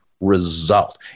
result